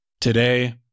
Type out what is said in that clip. Today